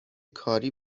کاری